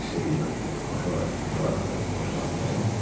city like toronto, or like new york, where i most often make them,